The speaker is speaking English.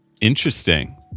Interesting